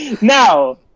Now